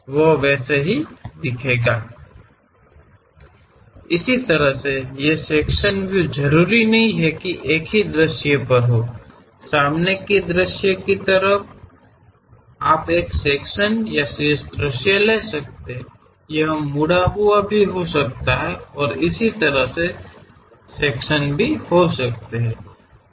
ಅಂತೆಯೇ ಈ ವಿಭಾಗೀಯ ವೀಕ್ಷಣೆಗಳು ಒಂದು ದೃಷ್ಟಿಕೋನದಲ್ಲಿ ಇರಬೇಕಾಗಿಲ್ಲ ಮುಂಭಾಗದ ನೋಟದಂತೆ ನೀವು ಒಂದು ವಿಭಾಗ ಅಥವಾ ಉನ್ನತ ನೋಟವನ್ನು ತೆಗೆದುಕೊಳ್ಳಬಹುದು ಅದು ಬಾಗಿದ ರೀತಿಯ ವಿಭಾಗಗಳೂ ಆಗಿರಬಹುದು